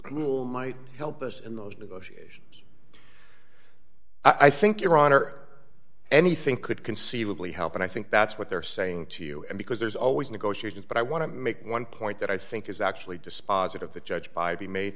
rule might help us in those negotiations i think iran or anything could conceivably help and i think that's what they're saying to you and because there's always negotiations but i want to make one point that i think is actually dispositive the judge by be made